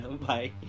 Bye